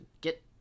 get